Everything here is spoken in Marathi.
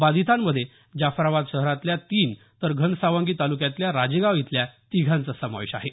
बाधितांमध्ये जाफराबाद शहरातल्या तीन तर घनसावंगी तालुक्यातल्या राजेगाव इथल्या तिघांचा समावेश आहे